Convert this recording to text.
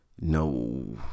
no